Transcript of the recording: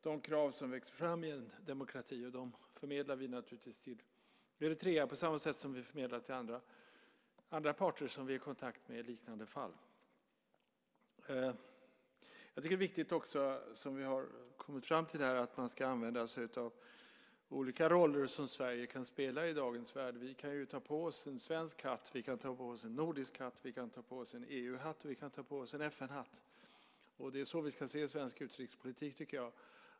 De krav som läggs fram i en demokrati förmedlar vi naturligtvis till Eritrea på samma sätt som vi förmedlar dem till andra parter som vi är i kontakt med i liknande fall. Jag tycker också att det är viktigt, och det har vi också kommit fram till här, att man använder sig av de olika roller som Sverige kan spela i dagens värld. Vi kan ta på oss en svensk hatt, en nordisk hatt, en EU-hatt och en FN-hatt. Det är så vi ska se svensk utrikespolitik, tycker jag.